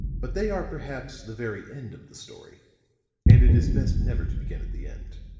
but they are perhaps the very end of the story and it is best never to begin at the end.